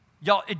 Y'all